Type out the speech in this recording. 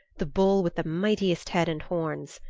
the bull with the mightiest head and horns.